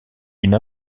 une